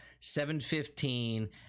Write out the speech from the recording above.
715